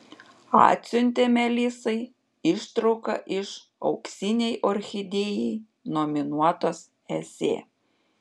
atsiuntė melisai ištrauką iš auksinei orchidėjai nominuotos esė